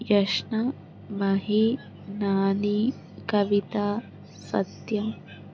Yashna Mahi Nani Kavitha Satyam